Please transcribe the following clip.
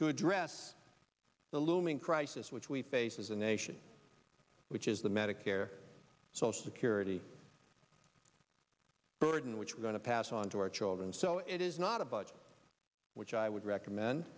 to address the looming crisis which we face as a nation which is the medicare social security burden which we're going to pass on to our children so it is not a budget which i would recommend